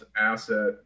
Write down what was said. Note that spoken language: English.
asset